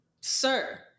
Sir